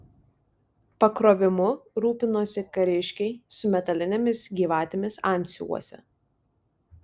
pakrovimu rūpinosi kariškiai su metalinėmis gyvatėmis antsiuvuose